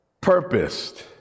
purposed